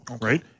right